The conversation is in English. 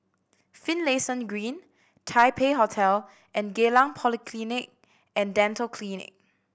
Finlayson Green Taipei Hotel and Geylang Polyclinic And Dental Clinic